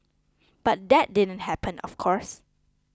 but that didn't happen of course